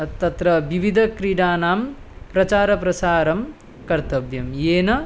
तत्र विविधक्रीडानां प्रचारप्रसारं कर्तव्यं येन